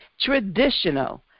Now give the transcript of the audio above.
traditional